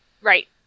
right